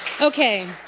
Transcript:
Okay